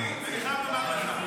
אדוני, אני חייב לומר לך.